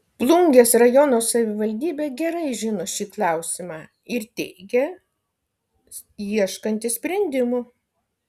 plungės rajono savivaldybė gerai žino šį klausimą ir teigia ieškanti sprendimų